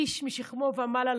איש משכמו ומעלה,